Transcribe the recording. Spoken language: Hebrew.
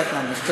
קצת להנמיך.